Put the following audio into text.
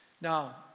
Now